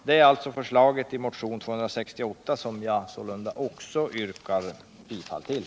Det är mitt förslag i motionen 268, som jag sålunda också yrkar bifall till.